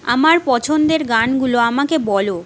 আমার পছন্দের গানগুলো আমাকে বলো